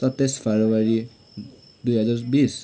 सत्ताइस फरवरी दुई हजार बिस